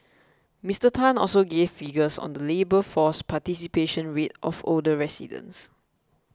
Mister Tan also gave figures on the labour force participation rate of older residents